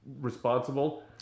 responsible